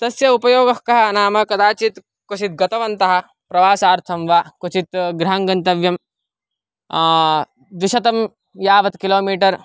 तस्य उपयोगः कः नाम कदाचित् क्वचित् गतवन्तः प्रवासार्थं वा क्वचित् गृहं गन्तव्यं द्विशतं यावत् किलोमीटर्